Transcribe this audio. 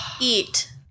eat